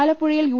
ആല പ്പുഴയിൽ യു